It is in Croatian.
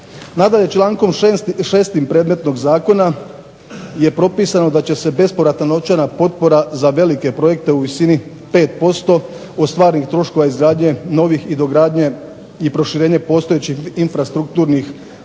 Nadalje člankom 6. predmetnog zakona je propisano da će se bespovratna novčana potpora za velike projekte u visini 5% od stvarnih troškova izgradnje novih i dogradnje i proširenja postojećih infrastrukturnih objekata